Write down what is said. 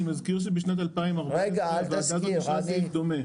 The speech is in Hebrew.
אני מזכיר שבשנת 2014 הוועדה הזו אישרה סעיף דומה.